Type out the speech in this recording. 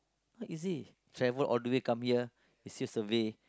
what is it favourite all the way come here it is survey